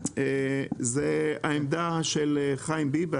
יש עמדה של חיים ביבס